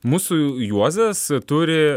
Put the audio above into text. mūsų juozas turi